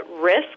risk